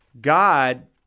God